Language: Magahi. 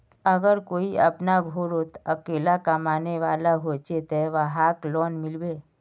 अगर कोई अपना घोरोत अकेला कमाने वाला होचे ते वहाक लोन मिलबे?